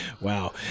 Wow